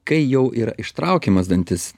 kai jau yra ištraukiamas dantis